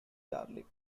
garlic